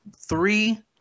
three